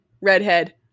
Redhead